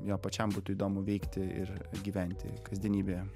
jo pačiam būtų įdomu veikti ir gyventi kasdienybėje